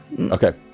okay